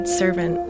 servant